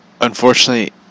unfortunately